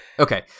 Okay